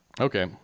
Okay